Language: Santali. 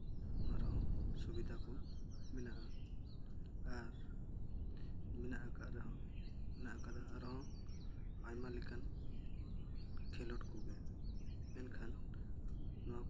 ᱟᱨᱦᱚᱸ ᱥᱩᱵᱤᱫᱟ ᱠᱚ ᱢᱮᱱᱟᱜᱼᱟ ᱢᱮᱱᱟᱜ ᱟᱠᱟᱫ ᱨᱮᱦᱚᱸ ᱢᱮᱱᱟᱜ ᱠᱟᱫᱟ ᱟᱨᱦᱚᱸ ᱟᱭᱢᱟ ᱞᱮᱠᱟᱱ ᱠᱷᱮᱞᱳᱰ ᱠᱚᱜᱮ ᱢᱮᱱᱠᱷᱟᱱ ᱱᱚᱣᱟ ᱠᱚ